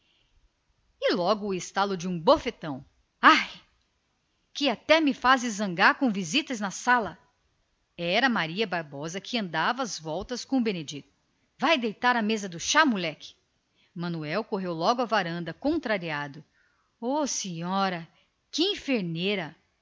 e logo o estalo de uma bofetada arre que até me fazes zangar com visitas na sala era maria bárbara que andava às voltas com o benedito vai deitar a mesa do chá moleque manuel correu logo à varanda contrariado ó senhora disse à